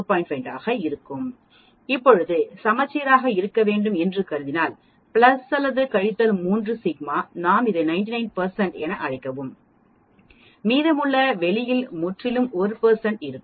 5 ஆக இருக்கும் இப்போது சமச்சீராக இருக்க வேண்டும் என்று கருதினால் பிளஸ் அல்லது கழித்தல் 3 சிக்மா நாம் இதை 99 என அழைக்கவும் மீதமுள்ள வெளியில் முற்றிலும் 1 இருக்கும்